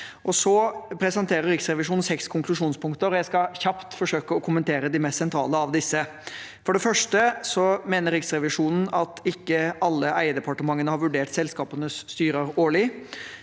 presenterer seks konklusjonspunkter, og jeg skal kjapt forsøke å kommentere de mest sentrale av disse. For det første mener Riksrevisjonen at ikke alle eierdepartementene har vurdert selskapenes styrer årlig.